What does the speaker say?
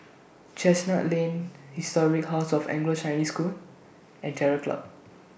Chestnut Lane Historic House of Anglo Chinese School and Terror Club